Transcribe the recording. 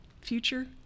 future